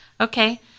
Okay